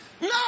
No